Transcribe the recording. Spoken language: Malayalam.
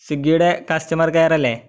സ്വിഗ്ഗിയുടെ കസ്റ്റമർ കെയറല്ലേ